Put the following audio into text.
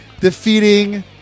defeating